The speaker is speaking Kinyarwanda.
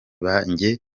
banjye